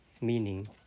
meaning